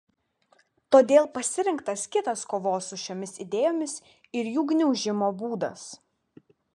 todėl pasirinktas kitas kovos su šiomis idėjomis ir jų gniaužimo būdas